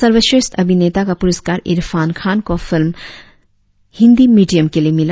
सर्वश्रेष्ठ अभिनेता का पुरस्कार इरफान खान को फिल्म हिन्दी मीडियम के लिए मिला